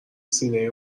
سینه